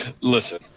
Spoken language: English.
listen